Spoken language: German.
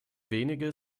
wenige